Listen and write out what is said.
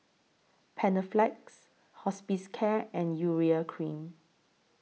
Panaflex Hospicare and Urea Cream